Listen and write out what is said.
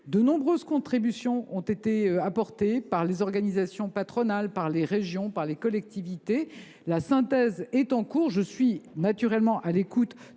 De nombreuses contributions ont été présentées, par les organisations patronales, par les régions, par les collectivités en général. La synthèse est en cours et je suis évidemment à l’écoute,